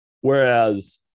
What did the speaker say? Whereas